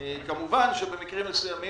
אופיר סופר הוא הראשון מבין הח"כים שהציעו את זה.